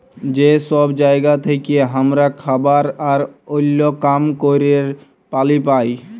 যে সব জায়গা থেক্যে হামরা খাবার আর ওল্য কাম ক্যরের পালি পাই